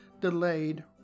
delayed